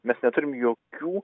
mes neturim jokių